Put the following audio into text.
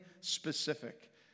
specific